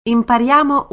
Impariamo